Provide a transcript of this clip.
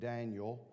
Daniel